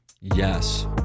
Yes